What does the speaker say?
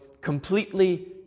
completely